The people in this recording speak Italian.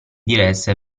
diresse